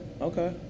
Okay